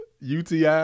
UTI